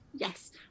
Yes